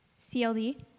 CLD